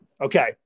Okay